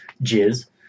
jizz